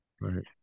right